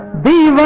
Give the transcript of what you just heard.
be